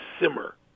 simmer